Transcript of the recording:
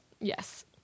Yes